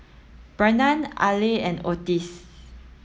Barnard Aleah and Otis